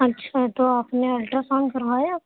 اچھا تو آپ نے الٹرا ساؤنڈ کروایا